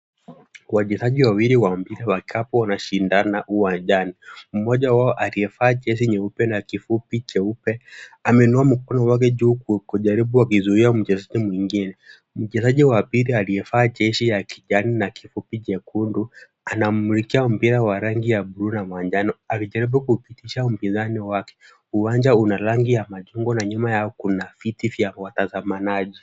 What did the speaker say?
Wachezaji wawili wa mpira wa kikapu wanashindana uwanjani, mmoja wao aliyevaa jezi nyeupe na kifupi cheupe ameinua mkono wake juu kujaribu kuzuia mchezaji mwingine. Mchezaji wa pili aliyevaa jezi ya kijani na kifupi chekundu anamrushia mpira wa rangi ya bluu na manjano anajaribu kupitisha mpinzani wake. Uwanja una rangi ya machungwa na nyuma yao kuna viti vya watazamaji.